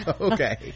okay